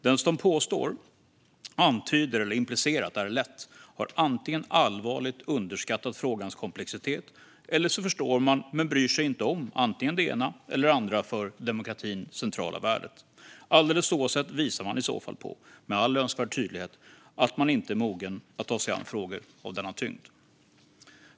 Den som påstår, antyder eller implicerar att det här är lätt har antingen allvarligt underskattat frågans komplexitet eller så förstår man men bryr sig inte om antingen det ena eller det andra värdet som är centralt för demokratin. Alldeles oavsett visar man med all önskvärd tydlighet att man inte är mogen att ta sig an frågor av denna tyngd.